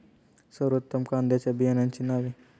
सर्वोत्तम कांद्यांच्या बियाण्यांची नावे?